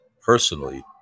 personally